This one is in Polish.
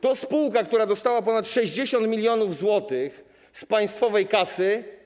To spółka, która dostała ponad 60 mln zł z państwowej kasy.